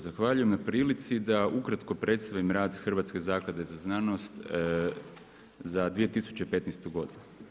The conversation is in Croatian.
Zahvaljujem na prilici da ukratko predstavim rad Hrvatske zaklade za znanost za 2015. godinu.